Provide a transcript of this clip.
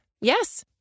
Yes